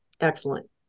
Excellent